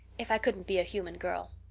if i couldn't be a human girl.